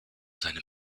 seinem